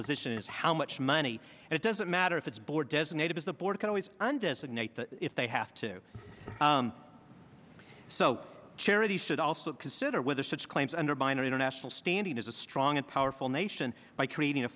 position is how much money it doesn't matter if it's board designated as a board can always undesignated if they have to so charities should also consider whether such claims undermine or international standing as a strong and powerful nation by creating a